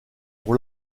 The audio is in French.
pour